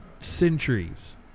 centuries